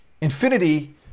Infinity